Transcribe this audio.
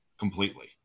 Completely